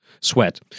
sweat